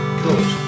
good